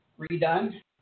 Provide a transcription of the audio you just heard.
redone